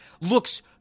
looks